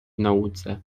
nauce